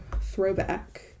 throwback